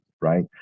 right